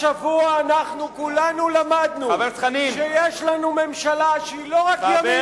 השבוע אנחנו כולנו למדנו שיש לנו ממשלה שהיא לא רק ימין קיצוני,